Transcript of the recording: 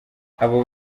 abo